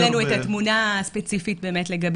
הם יתנו לנו את התמונה הספציפית לגבי